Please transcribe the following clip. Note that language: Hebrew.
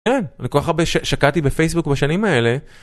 אני כל כך הרבה שקעתי בפייסבוק בשנים האלה.